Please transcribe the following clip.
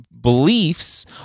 beliefs